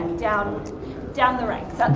down down the ranks,